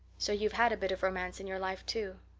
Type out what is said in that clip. so you've had a bit of romance in your life, too,